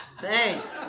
Thanks